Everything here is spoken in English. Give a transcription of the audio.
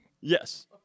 Yes